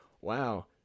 wow